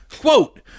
Quote